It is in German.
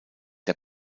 der